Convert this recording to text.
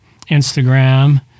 Instagram